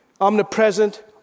omnipresent